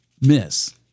miss